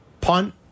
Punt